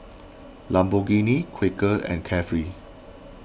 Lamborghini Quaker and Carefree